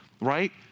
right